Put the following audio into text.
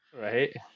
Right